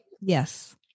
Yes